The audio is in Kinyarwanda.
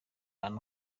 ahantu